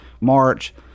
March